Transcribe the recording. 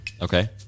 Okay